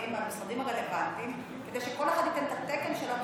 מהמשרדים הרלוונטיים כדי שכל אחד ייתן את התקן שלו,